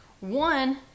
One